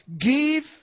give